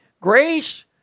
Grace